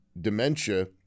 dementia